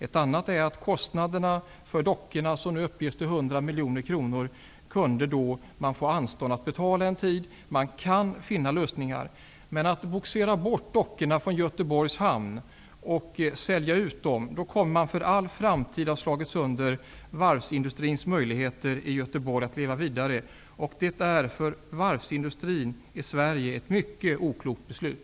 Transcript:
Ett annat sätt kan vara att få anstånd en tid med att betala kostnaderna för dockorna, som nu uppges till 100 miljoner kronor. Man kan finna lösningar. Men om man bogserar bort dockorna från Göteborgs hamn och säljer ut dem, kommer man för all framtid att ha slagit sönder varvsindustrins möjligheter i Göteborg att leva vidare. Det är ett för varvsindustrin i Sverige mycket oklokt beslut.